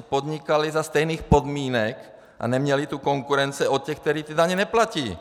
podnikali za stejných podmínek a neměli tu konkurenci od těch, kteří ty daně neplatí.